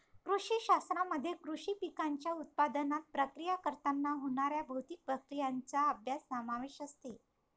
कृषी शास्त्रामध्ये कृषी पिकांच्या उत्पादनात, प्रक्रिया करताना होणाऱ्या भौतिक प्रक्रियांचा अभ्यास समावेश असते